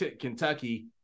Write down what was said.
Kentucky